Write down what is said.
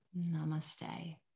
Namaste